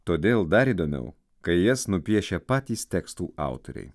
todėl dar įdomiau kai jas nupiešia patys tekstų autoriai